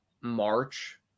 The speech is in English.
March